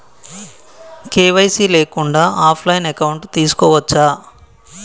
KYC లేకుండా కూడా offline account తీసుకోవచ్చా?